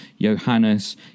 Johannes